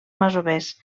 masovers